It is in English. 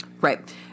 right